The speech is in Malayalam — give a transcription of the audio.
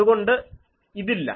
അതുകൊണ്ട് ഇതില്ല